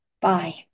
bye